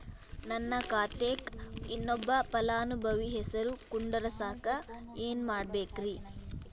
ನನ್ನ ಖಾತೆಕ್ ಇನ್ನೊಬ್ಬ ಫಲಾನುಭವಿ ಹೆಸರು ಕುಂಡರಸಾಕ ಏನ್ ಮಾಡ್ಬೇಕ್ರಿ?